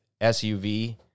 SUV